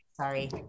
sorry